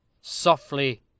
Softly